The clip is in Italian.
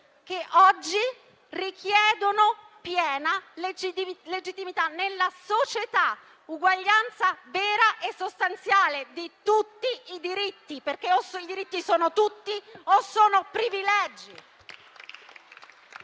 Che oggi esse richiedono piena legittimità nella società, uguaglianza vera e sostanziale di tutti i diritti, perché o i diritti sono di tutti o sono privilegi.